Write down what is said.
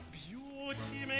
beauty